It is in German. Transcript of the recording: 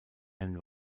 einen